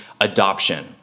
adoption